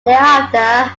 thereafter